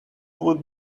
would